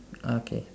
okay